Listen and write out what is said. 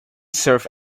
served